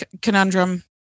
Conundrum